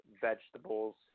vegetables